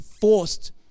forced